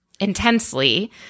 intensely